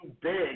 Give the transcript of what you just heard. big